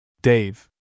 Dave